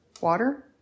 water